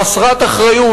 חסרת אחריות,